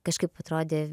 kažkaip atrodė